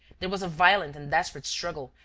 there was a violent and desperate struggle,